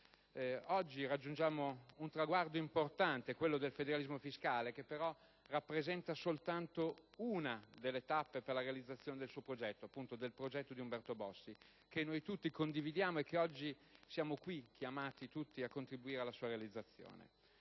Oggi raggiungiamo un traguardo importante, quello del federalismo fiscale, che rappresenta però solo una delle tappe per la realizzazione del suo progetto, del progetto di Umberto Bossi, che noi tutti condividiamo e per la cui realizzazione siamo oggi chiamati qui a contribuire. Una realizzazione